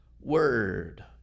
word